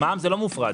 במע"מ זה לא מופרד.